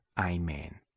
Amen